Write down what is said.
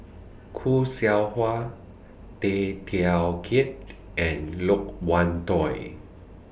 Khoo Seow Hwa Tay Teow Kiat and Loke Wan Tho